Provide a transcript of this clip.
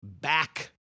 back